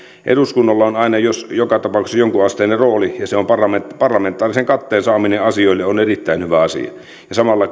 eduskunnalla on aina joka tapauksessa jonkunasteinen rooli ja sen parlamentaarisen katteen saaminen asioille on erittäin hyvä asia samalla